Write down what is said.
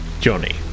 Johnny